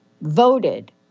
voted